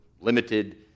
limited